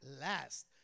last